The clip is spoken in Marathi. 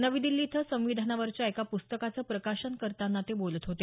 नवी दिल्ली इथं संविधानावरच्या एका पुस्तकाचं प्रकाशन करताना ते बोलत होते